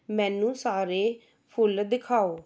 ਮੈਨੂੰ ਸਾਰੇ ਫੁੱਲ ਦਿਖਾਓ